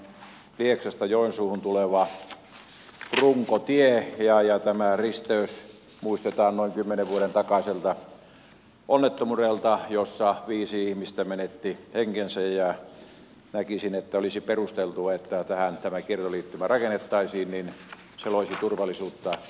tämä on lieksasta joensuuhun tuleva runkotie ja tämä risteys muistetaan noin kymmenen vuoden takaisesta onnettomuudesta jossa viisi ihmistä menetti henkensä ja näkisin että olisi perusteltua että tähän tämä kiertoliittymä rakennettaisiin se loisi turvallisuutta tälle risteykselle